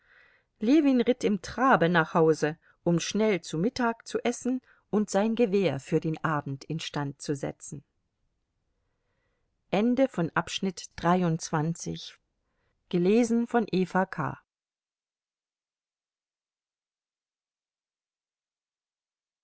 ljewin ritt im trabe nach hause um schnell zu mittag zu essen und sein gewehr für den abend instand zu setzen